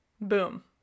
Boom